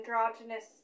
androgynous